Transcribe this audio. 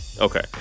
Okay